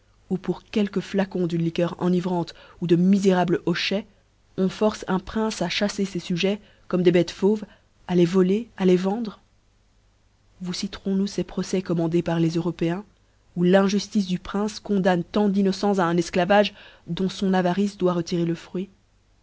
oh pour quelques flacons d'une liqueur enivrante ou de miférables hochets on force un prince à chafler fes sujets comme des bêtes fauves à les voler à les vendre vous citerons nous ces procès commandés par les européens ou l'injuftice du prince condamne tant d'innocens à un efclavage dont fôn avarice doit retirer le fruit